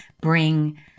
bring